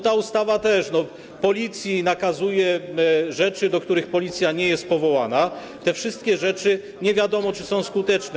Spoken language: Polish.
Ta ustawa też Policji nakazuje rzeczy, do których Policja nie jest powołana, te wszystkie rzeczy nie wiadomo czy są skuteczne.